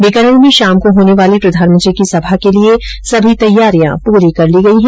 बीकानेर में शाम को होने वाल प्रधानमंत्री की सभा के लिए सभी र्तैयारियां पूरी कर ली गई हैं